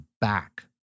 back